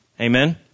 Amen